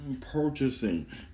purchasing